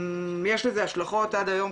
יש לזה השלכות עד היום,